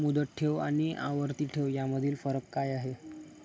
मुदत ठेव आणि आवर्ती ठेव यामधील फरक काय आहे?